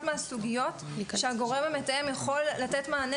הסוגיות שבהן הגורם המתאם יכול לתת מענה,